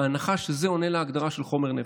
בהנחה שזה עונה לחומר נפץ,